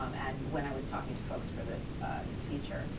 um and when i was talking to folks for this this feature,